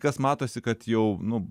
kas matosi kad jau nu